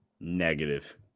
Negative